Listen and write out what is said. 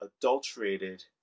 adulterated